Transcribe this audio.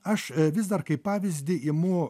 aš vis dar kaip pavyzdį imu